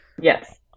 Yes